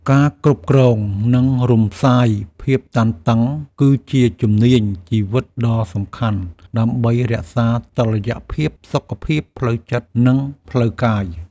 ការគ្រប់គ្រង និងរំសាយភាពតានតឹង គឺជាជំនាញជីវិតដ៏សំខាន់ដើម្បីរក្សាតុល្យភាពសុខភាពផ្លូវចិត្ត និងផ្លូវកាយ។